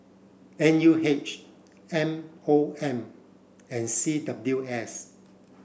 N U H M O M and C W S